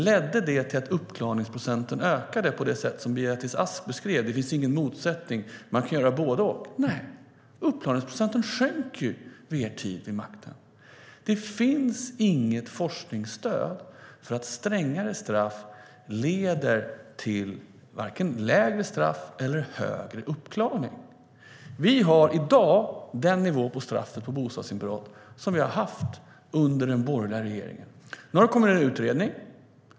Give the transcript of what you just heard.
Ledde det till att uppklaringsprocenten ökade på det sätt som Beatrice Ask beskrev? Det finns ingen motsättning - man kan göra både och. Nej, uppklaringsprocenten sjönk under er tid vid makten. Det finns inget forskningsstöd för att strängare straff leder till vare sig lägre brottslighet eller högre uppklaring. Vi har i dag den nivå på straff på bostadsinbrott som vi har haft under den borgerliga regeringen. Nu har det kommit en utredning.